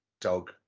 dog